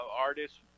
artists